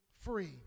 free